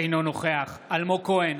אינו נוכח אלמוג כהן,